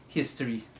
history